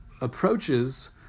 approaches